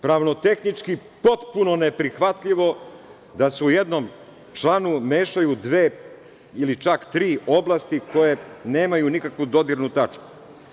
Pravno-tehnički potpuno neprihvatljivo da se u jednom članu mešaju dve ili čak tri oblasti koje nemaju nikakvu dodirnu tačku.